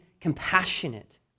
compassionate